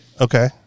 Okay